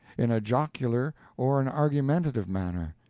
in a jocular or an argumentative manner,